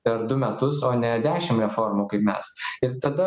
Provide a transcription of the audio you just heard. per du metus o ne dešim reformų kaip mes ir tada